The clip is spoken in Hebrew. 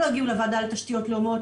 לא הגיעו לוועדה לתשתיות הלאומיות,